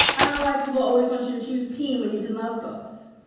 i don't know why people always want you to choose the team when you can love both.